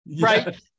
right